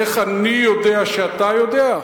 איך אני יודע שאתה יודע?